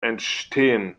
entstehen